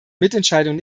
mitentscheidung